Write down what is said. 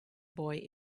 boy